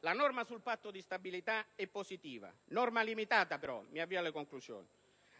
La norma sul Patto di stabilità è positiva, ma è una norma limitata